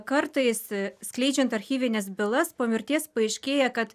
kartais skleidžiant archyvines bylas po mirties paaiškėja kad